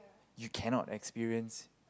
you cannot experience